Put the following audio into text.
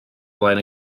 flaen